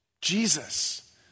Jesus